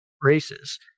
races